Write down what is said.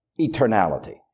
eternality